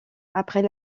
après